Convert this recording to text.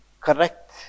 correct